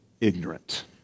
ignorant